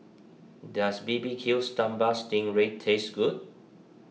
does Barbecue Sambal Sting Ray taste good